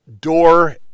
door